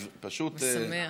פשוט, משמח.